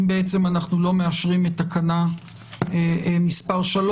אם בעצם אנחנו לא מאשרים את תקנה מספר 3